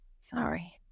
Sorry